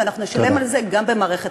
ואנחנו נשלם על זה גם במערכת